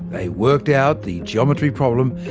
they worked out the geometry problem,